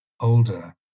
older